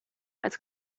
als